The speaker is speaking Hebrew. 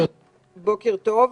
בוקר טוב.